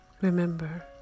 Remember